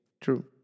true